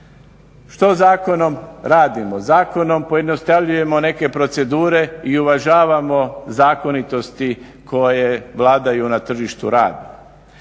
Što zakonom radimo? Zakonom pojednostavljujemo neke procedure i uvažavamo zakonitosti koje vladaju na tržištu rada.